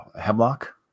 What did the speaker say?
Hemlock